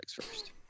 first